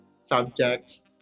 subjects